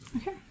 Okay